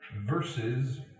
versus